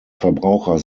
verbraucher